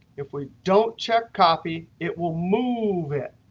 if we don't check copy, it will move it.